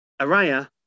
Araya